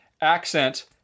accent